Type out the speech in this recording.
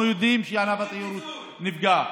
אנחנו יודעים שענף התיירות נפגע.